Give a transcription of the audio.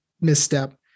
misstep